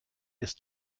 ist